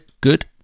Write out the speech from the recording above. Good